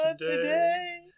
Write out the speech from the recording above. today